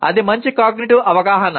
అది మంచి మెటాకాగ్నిటివ్ అవగాహన